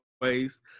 ways